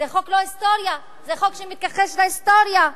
זה חוק שמתכחש להיסטוריה.